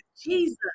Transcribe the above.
Jesus